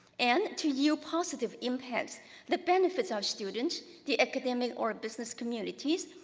and to yield positive impacts that benefits our students, the academic or business communities,